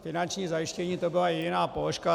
Finanční zajištění, to byla jediná položka.